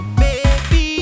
baby